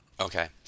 Okay